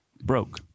broke